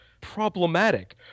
problematic